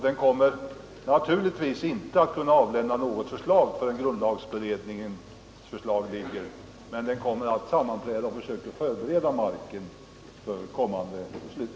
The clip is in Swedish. Den kommer naturligtvis inte att kunna avlämna något förslag förrän grundlagberedningens förslag ligger, men den kommer att sammanträda och försöka förbereda marken för kommande beslut.